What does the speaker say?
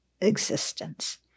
existence